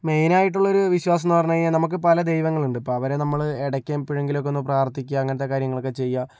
main ആയിട്ടുള്ളൊരു വിശ്വാസമെന്ന് പറഞ്ഞു കഴിഞ്ഞാൽ നമ്മൾക്ക് പല ദൈവങ്ങളുണ്ട് ഇപ്പോൾ അവരെ നമ്മള് ഇടക്കെപ്പോഴെങ്ങിലും ഒക്കെ ഒന്ന് പ്രാർത്ഥിക്കുക അങ്ങനത്തെ കാര്യങ്ങളൊക്കെ ചെയ്യുക